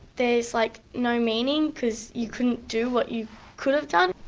there's like no meaning, because you couldn't do what you could have done.